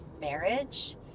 marriage